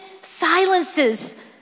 silences